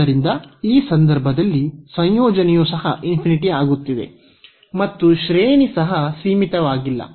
ಆದ್ದರಿಂದ ಈ ಸಂದರ್ಭದಲ್ಲಿ ಸಂಯೋಜನೆಯು ಸಹ ಆಗುತ್ತಿದೆ ಮತ್ತು ಶ್ರೇಣಿ ಸಹ ಸೀಮಿತವಾಗಿಲ್ಲ